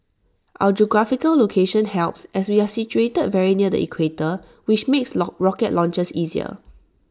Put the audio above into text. our geographical location helps as we are situated very near the equator which makes rocket launches easier